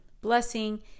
blessing